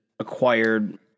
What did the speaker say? Acquired